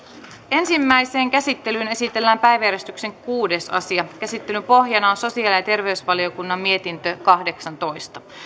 ensimmäiseen käsittelyyn esitellään päiväjärjestyksen kuudes asia käsittelyn pohjana on sosiaali ja terveysvaliokunnan mietintö kahdeksantoista